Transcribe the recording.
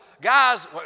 guys